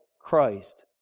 Christ